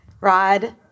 Rod